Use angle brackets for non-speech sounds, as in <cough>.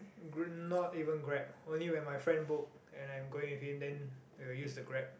<noise> not even grab only when my friend book and I'm going with him then we will use the grab